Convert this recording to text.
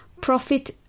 Profit